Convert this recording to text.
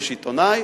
יש עיתונאי,